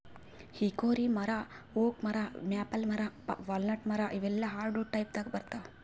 hickory ಮರಾ oak ಮರಾ maple ಮರಾ ವಾಲ್ನಟ್ ಮರಾ ಇವೆಲ್ಲಾ ಹಾರ್ಡವುಡ್ ಟೈಪ್ದಾಗ್ ಬರ್ತಾವ್